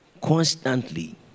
Constantly